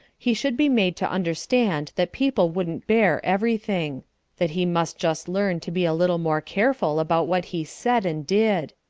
he should be made to understand that people wouldn't bear everything that he must just learn to be a little more careful about what he said and did.